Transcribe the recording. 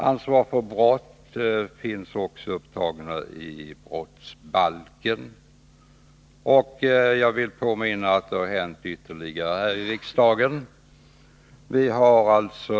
Ansvar för brott finns också upptaget i brottsbalken. Jag vill därutöver påminna om vad som ytterligare har skett genom beslut här i riksdagen.